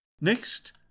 Next